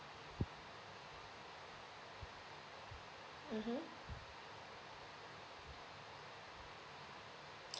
mmhmm